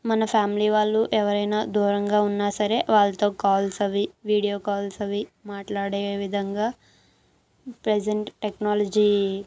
మన ఫ్యామిలీ వాళ్ళు ఎవరైనా దూరంగా ఉన్నా సరే వాళ్ళతో కాల్స్ అవి వీడియో కాల్స్ అవి మాట్లాడే విధంగా ప్రజెంట్ టెక్నాలజీ